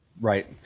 Right